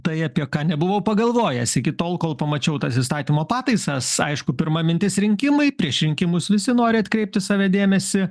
tai apie ką nebuvau pagalvojęs iki tol kol pamačiau tas įstatymo pataisas aišku pirma mintis rinkimai prieš rinkimus visi nori atkreipt į save dėmesį